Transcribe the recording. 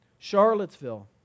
Charlottesville